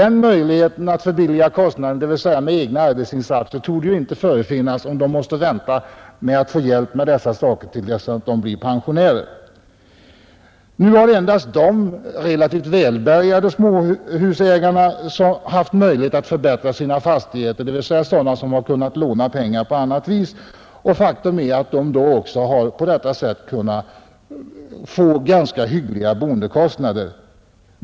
Den möjligheten torde inte förefinnas om de måste vänta med moderniseringen tills de blir pensionärer. Nu har endast de relativt välbärgade småhusägarna kunnat förbättra sina fastigheter, dvs. de som har kunnat låna pengar på annat vis, och faktum är att de på detta sätt också kunnat få ganska hyggliga boendekostnader.